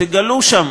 תגלו שם,